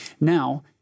Now